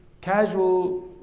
casual